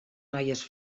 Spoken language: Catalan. noies